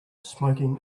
smoking